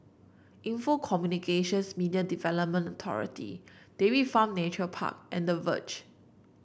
Info Communications Media Development Authority Dairy Farm Nature Park and The Verge